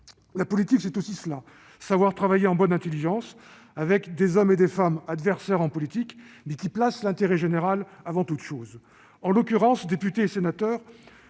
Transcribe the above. La politique, c'est aussi cela : savoir travailler en bonne intelligence avec des hommes et des femmes adversaires en politique, mais qui placent l'intérêt général avant toute chose. Très bien ! En l'occurrence, députés et sénateurs